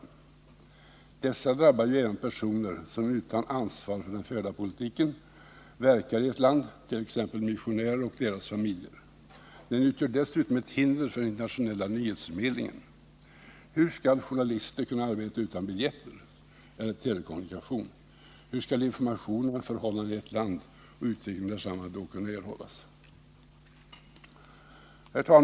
Sådana inskränkningar drabbar ju även personer som utan ansvar för den förda politiken verkar i ett land, t.ex. missionärer och deras familjer. De utgör dessutom ett hinder för den internationella nyhetsförmedlingen. Hur skall journalister kunna arbeta utan biljetter eller telekommunikationer? Hur skulle information om förhållandena i ett land och utvecklingen i detsamma då kunna erhållas? Herr talman!